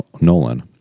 Nolan